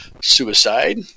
suicide